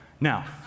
Now